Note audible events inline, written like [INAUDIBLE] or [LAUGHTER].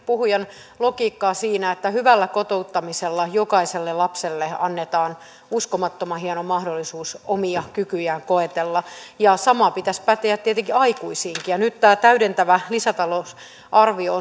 puhujan logiikkaan siinä että hyvällä kotouttamisella jokaiselle lapselle annetaan uskomattoman hieno mahdollisuus omia kykyjään koetella ja saman pitäisi päteä tietenkin aikuisiinkin nyt kun tämä täydentävä lisätalousarvio [UNINTELLIGIBLE]